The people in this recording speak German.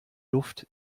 luft